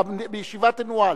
והישיבה תנוהל,